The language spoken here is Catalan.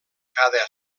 cada